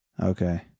Okay